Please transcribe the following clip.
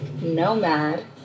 Nomad